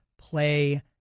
play